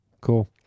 cool